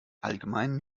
allgemeinen